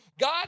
God